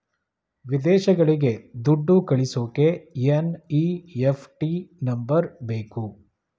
ವಿದೇಶಗಳಿಗೆ ದುಡ್ಡು ಕಳಿಸೋಕೆ ಎನ್.ಇ.ಎಫ್.ಟಿ ನಂಬರ್ ಬೇಕು